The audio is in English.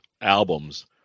albums